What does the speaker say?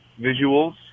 visuals